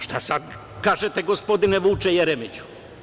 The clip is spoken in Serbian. Šta sada kažete, gospodine Vuče Jeremiću?